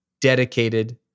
dedicated